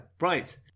Right